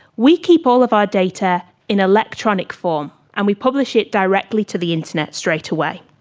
we keep all of our data in electronic form and we publish it directly to the internet straight away.